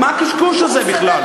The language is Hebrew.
מה הקשקוש הזה בכלל?